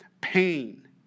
pain